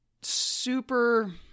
super